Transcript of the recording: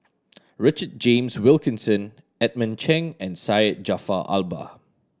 Richard James Wilkinson Edmund Cheng and Syed Jaafar Albar